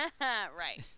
Right